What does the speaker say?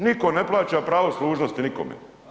Niko ne plaća pravo služnosti nikome.